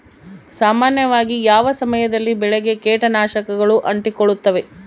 ಸಾಮಾನ್ಯವಾಗಿ ಯಾವ ಸಮಯದಲ್ಲಿ ಬೆಳೆಗೆ ಕೇಟನಾಶಕಗಳು ಅಂಟಿಕೊಳ್ಳುತ್ತವೆ?